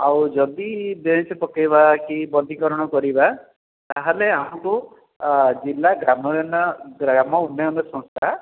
ଆଉ ଯଦି ବେଞ୍ଚ୍ ପକାଇବା କି ବନୀକରଣ କରିବା ତା'ହେଲେ ଆମକୁ ଜିଲ୍ଲା ଗ୍ରାମ ଗ୍ରାମ ଉନ୍ନୟନ ସଂସ୍ଥା